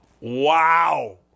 Wow